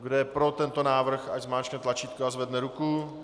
Kdo je pro tento návrh, ať zmáčkne tlačítko a zvedne ruku.